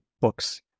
books